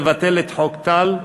לבטל את חוק טל,